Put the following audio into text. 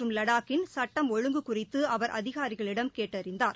மற்றும் லாடக்கின் சட்டம் ஒழுங்கு குறித்து அவர் அதிகாரிகளிடம் கேட்டறிந்தார்